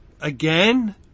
again